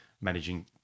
managing